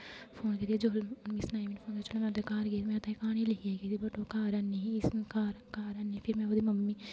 phone करियै जिसलै उ'नें मी सनाया बी नेईं फोन करियै जिसलै में उं'दे घर गेई मेरे लेई क्हानी लिखियै गेदी बट ओह् घर नेईं ही फिर में ओह्दी मम्मी गी